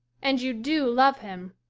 and you do love him,